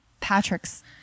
Patrick's